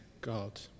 God